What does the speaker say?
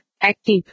Active